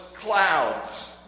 Clouds